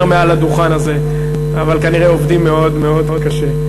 מעל הדוכן הזה אבל כנראה עובדים מאוד מאוד קשה.